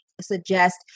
suggest